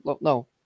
No